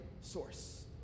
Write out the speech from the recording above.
source